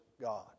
God